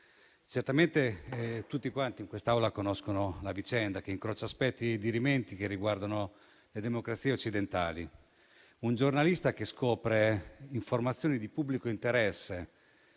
Certamente tutti in quest'Aula conoscono la vicenda, che incrocia aspetti dirimenti che riguardano le democrazie occidentali. Un giornalista che scopre informazioni di pubblico interesse